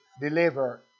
deliver